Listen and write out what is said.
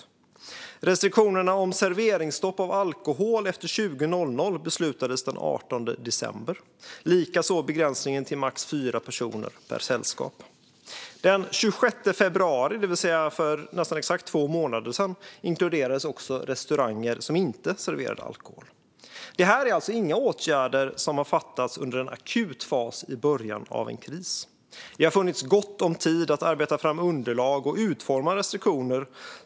Den 18 december beslutades det om restriktionerna vad gäller serveringsstopp av alkohol efter klockan 20, likaså begränsningen i fråga om fyra personer per sällskap. Den 26 februari, det vill säga för nästan exakt två månader sedan, inkluderades också restauranger som inte serverar alkohol. Det är alltså inte åtgärder som det har fattats beslut om i en akut fas, i början av en kris. Det har funnits gott om tid att arbeta fram underlag och utforma restriktioner.